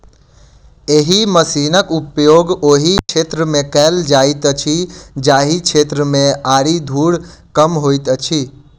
एहि मशीनक उपयोग ओहि क्षेत्र मे कयल जाइत अछि जाहि क्षेत्र मे आरि धूर कम होइत छै